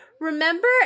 Remember